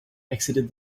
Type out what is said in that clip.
exited